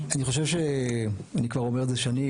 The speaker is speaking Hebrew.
כן.